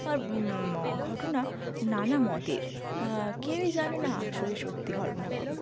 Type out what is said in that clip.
আর ঘটনা নানা মতের কেউই জানে না আসলে সত্যি ঘটনা কোনটা